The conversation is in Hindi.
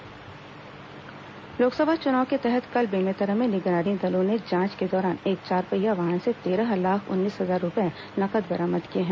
लोस चुनाव राशि जब्त लोकसभा चुनाव के तहत कल बेमेतरा में निगरानी दलों ने जांच के दौरान एक चारपहिया वाहन से तेरह लाख उन्नीस हजार रूपये नगद बरामद किए हैं